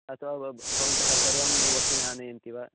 अथवा वा भवन्तः सर्वं वस्तु आनयन्ति वा